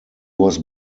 was